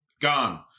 gone